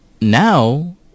Now